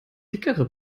dickere